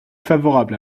favorable